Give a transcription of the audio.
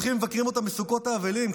הולכים ומבקרים אותם בסוכות האבלים.